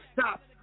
stop